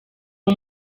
uwo